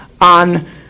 on